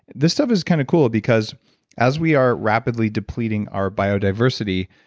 this stuff is kind of cool, because as we are rapidly depleting our biodiversity,